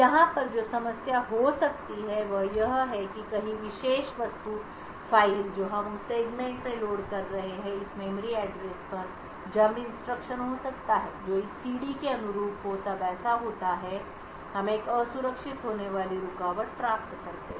यहाँ पर जो समस्या हो सकती है वह यह है कि कहीं विशेष वस्तु फ़ाइल जो हम उस सेगमेंट में लोड कर रहे हैं इस मेमोरी एड्रेस पर जंप इंस्ट्रक्शन हो सकता है जो इस सीडी के अनुरूप हो तब ऐसा होता है हम एक असुरक्षित होने वाली रुकावट प्राप्त करते हैं